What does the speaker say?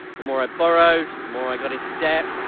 the more i borrowed. the more i got into debt,